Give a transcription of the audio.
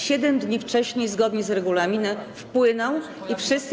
7 dni wcześniej, zgodnie z regulaminem, wpłynął i wszyscy.